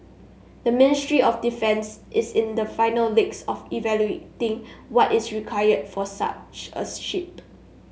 the Ministry of Defence is in the final legs of evaluating what is required for such a ship